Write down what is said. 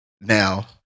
Now